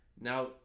Now